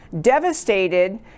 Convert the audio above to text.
devastated